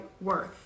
worth